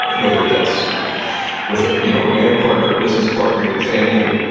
whether that's with a you know romantic partner or business partner, your family,